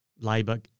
Labor